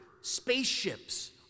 spaceships